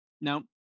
Now